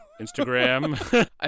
Instagram